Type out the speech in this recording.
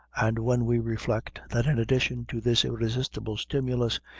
and when we reflect, that in addition to this irresistible stimulus,